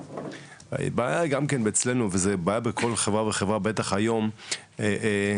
זה היה בכפר איזון,